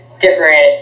different